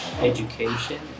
education